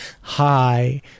Hi